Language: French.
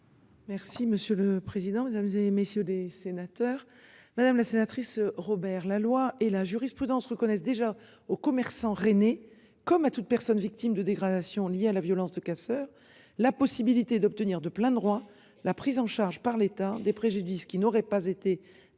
Merci monsieur le président, mesdames, vous allez, messieurs les sénateurs, madame la sénatrice. Robert la loi et la jurisprudence reconnaissent déjà au commerçant rennais comme à toute personne victime de dégradations liées à la violence de casseurs. La possibilité d'obtenir de plein droit la prise en charge par l'État des préjudices qui n'aurait pas été indemnisées